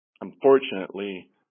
unfortunately